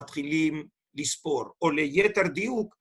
מתחילים לספור, או ליתר דיוק